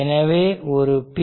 எனவே ஒரு P